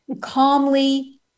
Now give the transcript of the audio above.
calmly